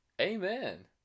Amen